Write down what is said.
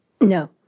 No